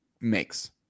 makes